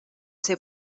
ser